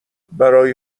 برای